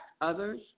others